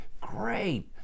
great